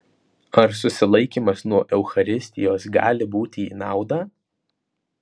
ar susilaikymas nuo eucharistijos gali būti į naudą